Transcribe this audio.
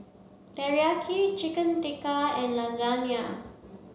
Teriyaki Chicken Tikka and Lasagna